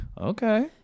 Okay